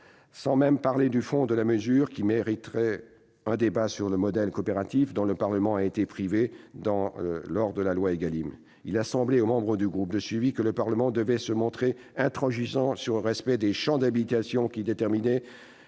Sans même parler du fond de la mesure qui mériterait un débat sur le modèle coopératif, débat dont le Parlement a été privé lors de l'examen de la loi Égalim, il a semblé aux membres du groupe de suivi que le Parlement devait se montrer intransigeant sur le respect des champs d'habilitation qu'il déterminait